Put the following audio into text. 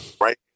right